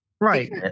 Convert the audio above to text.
Right